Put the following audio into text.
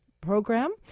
program